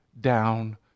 down